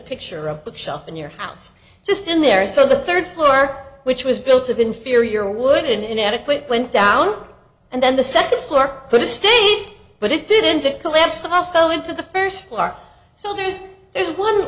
picture a bookshelf in your house just in there so the third floor which was built of inferior wood inadequate went down and then the second floor put a stake but it didn't it collapsed also into the first floor so there's there's one